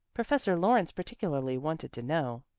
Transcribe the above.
professor lawrence particularly wanted to know.